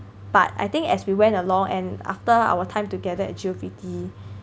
but I think as we went along and after our time together at G_O_V_T